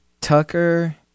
Tucker